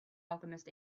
alchemist